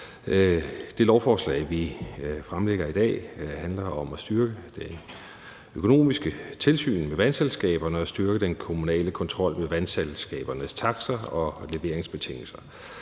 Det lovforslag, vi behandler i dag, handler om at styrke det økonomiske tilsyn med vandselskaberne og styrke den kommunale kontrol med vandselskabernes takster og leveringsbetingelser.